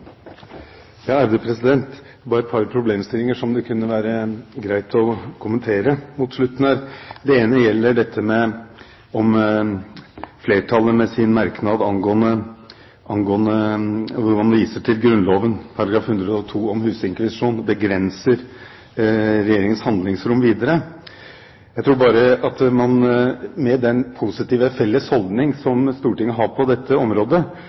Bare et par problemstillinger som det kunne være greit å kommentere mot slutten. Det ene gjelder dette med om flertallet med sin merknad der man viser til «Grunnloven § 102 om hus-inkvisition», begrenser Regjeringens handlingsrom videre. Med den positive felles holdning som Stortinget har på dette området,